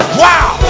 wow